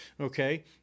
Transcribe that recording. okay